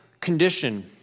condition